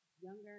younger